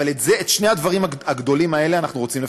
אבל את שני הדברים הגדולים האלה אנחנו רוצים לפצח: